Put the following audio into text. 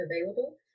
available